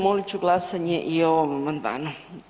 Molit ću glasanje i o ovom amandmanu.